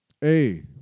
hey